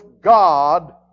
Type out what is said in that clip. God